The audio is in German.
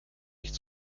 nicht